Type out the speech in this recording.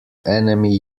enemy